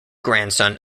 grandson